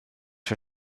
for